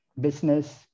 business